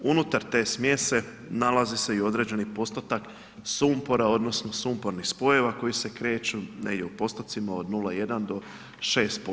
Unutar te smjese nalazi se i određeni postotak sumpora odnosno sumpornih spojeva koji se kreću, negdje u postocima od 0,1 do 6%